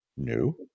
new